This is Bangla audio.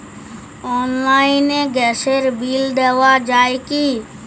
অনলাইনে গ্যাসের বিল দেওয়া যায় কি?